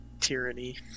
tyranny